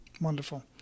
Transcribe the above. Wonderful